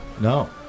No